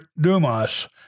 Dumas